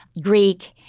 Greek-